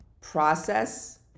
process